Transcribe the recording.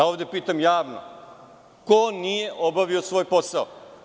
Ovde pitam javno – ko nije obavio svoj posao?